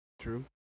True